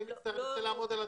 אני רוצה לעמוד על הדברים.